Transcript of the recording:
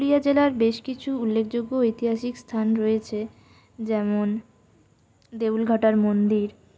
পুরুলিয়া জেলার বেশ কিছু উল্লেখযোগ্য ঐতিহাসিক স্থান রয়েছে যেমন দেউলঘাটার মন্দির